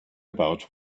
about